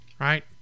right